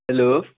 hello